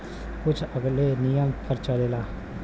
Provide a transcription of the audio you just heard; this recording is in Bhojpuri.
कुछ अलगे नियम पर चलेला